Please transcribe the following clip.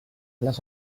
las